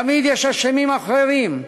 תמיד יש אשמים אחרים.